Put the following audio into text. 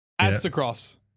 Astacross